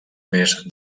més